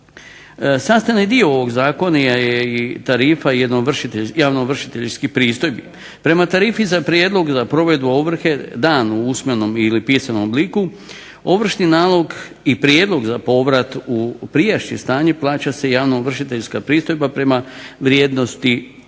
Sastavni dio ovog zakona je i tarifa javnoovršiteljskih pristojbi. Prema tarifi za prijedlog za provedbu ovrhe danu u usmenom ili pismenom obliku ovršni nalog i prijedlog za povrat u prijašnje stanje plaća se javnoovršiteljska pristojba prema vrijednosti